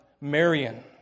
Marion